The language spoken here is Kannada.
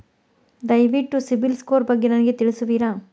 ದಯವಿಟ್ಟು ಸಿಬಿಲ್ ಸ್ಕೋರ್ ಬಗ್ಗೆ ನನಗೆ ತಿಳಿಸುವಿರಾ?